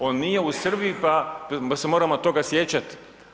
On nije u Srbiji pa se moramo toga sjećati.